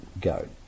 go